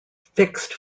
fixed